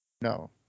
No